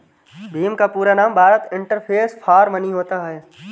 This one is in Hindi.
भीम का पूरा नाम भारत इंटरफेस फॉर मनी होता है